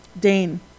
Dane